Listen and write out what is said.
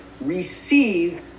receive